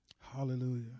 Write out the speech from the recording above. Hallelujah